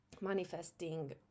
manifesting